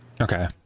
okay